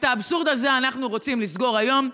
את האבסורד הזה אנחנו רוצים לסגור היום.